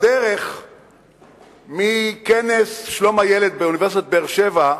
בדרך מכנס שלום הילד באוניברסיטת באר-שבע,